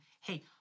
hey